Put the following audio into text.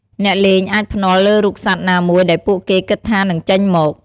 អ្នកលេងអាចភ្នាល់លើរូបសត្វណាមួយដែលពួកគេគិតថានឹងចេញមក។